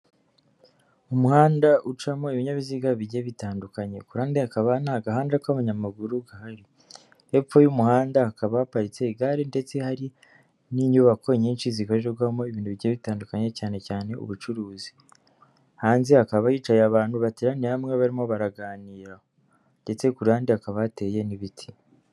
Umuhanda ucamo ibinyabiziga bigiye bitandukanye, ku ruhande hakaba nta gahanda k'abanyamaguru gahari, hepfo y'umuhanda hakaba haparitse igare ndetse hari n'inyubako nyinshi zikorerirwamo ibintu bigiye bitandukanye cyane cyane ubucuruzi, hanze akaba yicaye abantu bateraniye hamwe barimo baraganira, ndetse ku ruhande hakaba hateye n'ibiti.